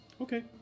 Okay